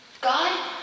God